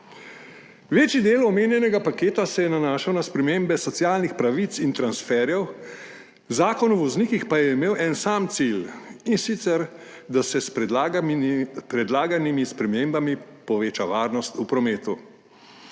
Večji del omenjenega paketa se je nanašal na spremembe socialnih pravic in transferjev, Zakon o voznikih pa je imel en sam cilj, in sicer da se s predlaganimi spremembami poveča varnost v prometu.